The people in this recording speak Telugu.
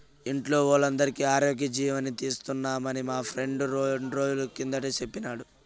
ఇంట్లో వోల్లందరికీ ఆరోగ్యజీవని తీస్తున్నామని మా ఫ్రెండు రెండ్రోజుల కిందట సెప్పినాడు